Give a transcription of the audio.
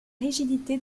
rigidité